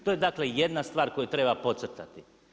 To je dakle jedna stvar koju treba podcrtati.